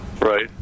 Right